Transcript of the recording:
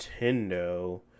Nintendo